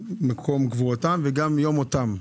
שמקום קבורתם לא ידוע וגם יום מותם.